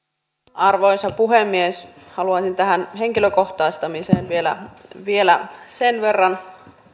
arvoisa puhemies haluaisin tähän henkilökohtaistamiseen vielä vielä sen verran